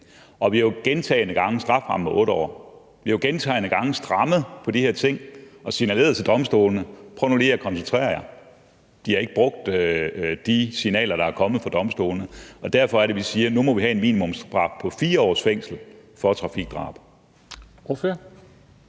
det simpelt hen er for lavt. Strafferammen er 8 år. Vi har gentagne gange strammet op på de her ting og signaleret til domstolene: Prøv nu lige at koncentrere jer. De har ved domstolene ikke lyttet til de signaler, der er kommet, så derfor er det, vi siger, at nu må vi have en minimumsstraf på 4 års fængsel for trafikdrab.